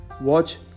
Watch